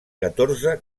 catorze